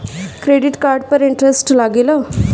Credit card पर interest लागेला?